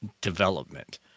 development